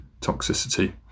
toxicity